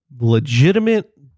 legitimate